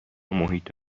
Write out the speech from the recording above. محیط